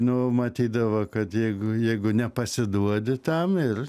numatydavo kad jeigu jeigu nepasiduodi tam ir